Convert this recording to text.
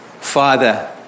father